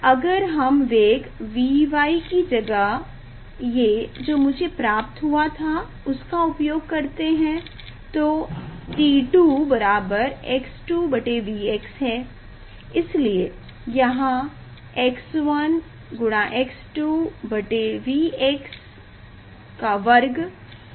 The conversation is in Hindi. अगर हम वेग Vy की जगह ये जो मुझे प्राप्त हुआ था उसका उपयोग करते हैं तो t 2 x2Vx है इसलिए यहाँ x1 x2 Vx2 होगा